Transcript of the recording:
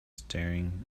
staring